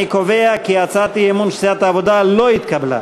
אני קובע כי הצעת האי-אמון של סיעת העבודה לא התקבלה.